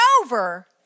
over